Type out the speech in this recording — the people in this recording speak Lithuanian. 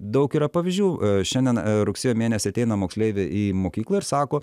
daug yra pavyzdžių šiandien rugsėjo mėnesį ateina moksleivė į mokyklą ir sako